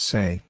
Say